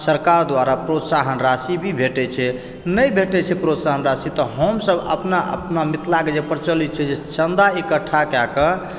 सरकार द्वारा प्रोत्साहन राशि भी भेटै छै नै भेटै छै प्रोत्साहन राशि तऽ हमसब अपना अपना मिथिलाकऽ जे प्रचलित छै जे चन्दा एकट्ठा कए कऽ